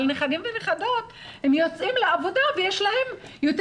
אבל הנכדים והנכדות יוצאים לעבודה ויש להם יותר